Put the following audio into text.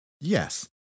Yes